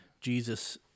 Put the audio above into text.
Jesus